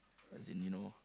as in you know